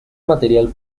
material